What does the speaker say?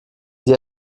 sie